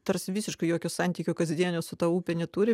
tarsi visiškai jokio santykio kasdienio su ta upe neturi